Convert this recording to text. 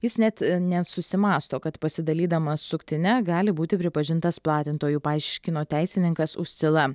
jis net nesusimąsto kad pasidalydamas suktine gali būti pripažintas platintoju paaiškino teisininkas uscila